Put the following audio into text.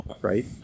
Right